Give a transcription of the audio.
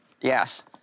Yes